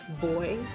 boy